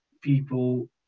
people